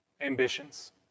ambitions